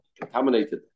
contaminated